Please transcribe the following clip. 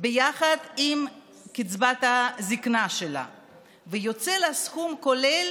יחד עם קצבת הזקנה שלה ויוצא לה סכום כולל